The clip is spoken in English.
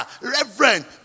reverend